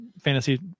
fantasy